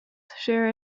share